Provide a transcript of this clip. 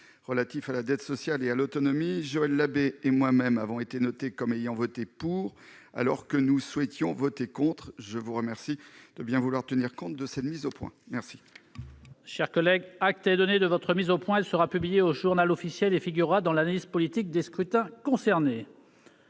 relatif à la dette sociale et à l'autonomie, Joël Labbé et moi-même avons été notés comme ayant voté pour, alors que nous souhaitions voter contre. Je vous remercie de bien vouloir tenir compte de cette mise au point. Acte